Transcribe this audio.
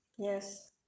yes